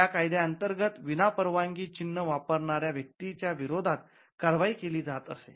या कायद्या अंतर्गत विना परवानगी चिन्ह वापरणाऱ्या व्यक्तीच्या विरोधात कार्यवाही केली जात असे